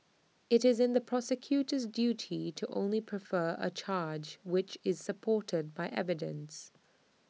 IT is the prosecutor's duty to only prefer A charge which is supported by evidence